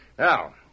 Now